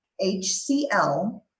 HCl